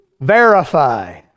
verify